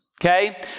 okay